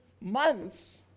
months